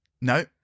no